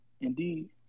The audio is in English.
Indeed